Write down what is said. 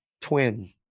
twin